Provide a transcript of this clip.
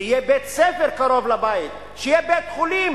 שיהיה בית-ספר קרוב לבית, שיהיה בית-חולים